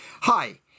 Hi